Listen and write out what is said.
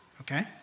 okay